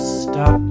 stop